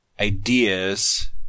ideas